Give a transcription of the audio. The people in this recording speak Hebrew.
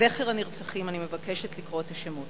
לזכר הנרצחים אני מבקשת לקרוא את השמות: